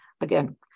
Again